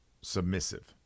submissive